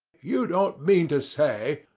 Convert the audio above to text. you don't mean to say,